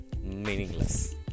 meaningless